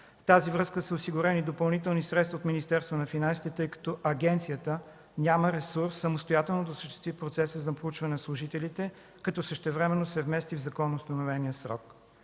с това са осигурени допълнителни средства от Министерството на финансите, тъй като агенцията няма ресурс самостоятелно да осъществи процеса за проучване на служителите, като същевременно се вмести в законоустановения срок.